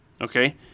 Okay